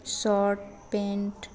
shirt pant